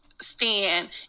stand